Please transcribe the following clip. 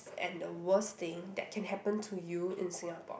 and the worst thing that can happen to you in Singapore